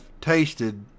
tasted